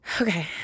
okay